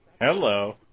Hello